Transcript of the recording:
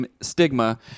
stigma